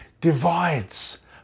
divides